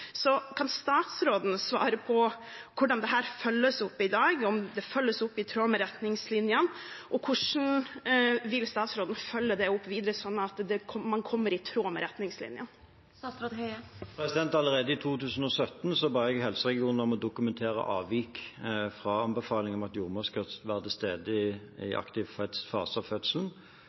Kan statsråden svare på hvordan dette følges opp i dag, og om det følges opp i tråd med retningslinjene? Hvordan vil statsråden følge dette opp videre, slik at det blir i tråd med retningslinjene? Allerede i 2017 ba jeg helseregionene om å dokumentere avvik fra anbefalingen om at en jordmor skal være til stede i aktiv fase av fødselen.